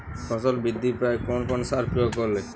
ফসল বৃদ্ধি পায় কোন কোন সার প্রয়োগ করলে?